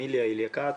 עם איליה כץ.